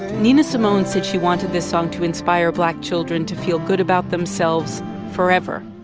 nina simone said she wanted this song to inspire black children to feel good about themselves forever.